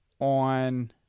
on